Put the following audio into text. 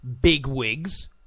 bigwigs